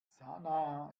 sanaa